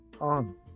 on